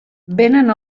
vénen